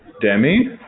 demi